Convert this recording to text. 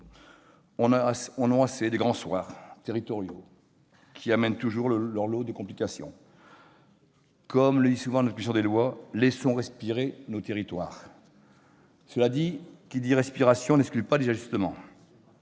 ont assez des grands soirs territoriaux qui amènent toujours leur lot de complications. Comme notre commission des lois le dit souvent, laissons respirer nos territoires. Cela dit, la respiration n'exclut pas des ajustements,